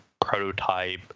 prototype